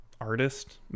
artist